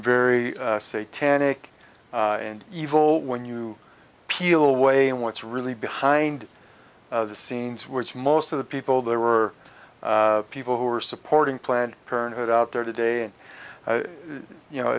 very say tannic and evil when you peel away what's really behind the scenes which most of the people there were people who were supporting planned parenthood out there today and you know